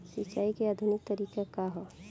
सिंचाई क आधुनिक तरीका का ह?